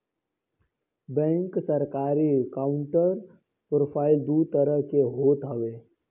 bank सरकरी अउरी private दू तरही के होत हवे